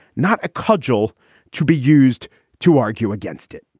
not a cudgel to be used to argue against it